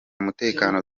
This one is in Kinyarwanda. mutekano